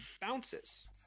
bounces